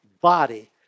body